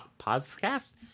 podcast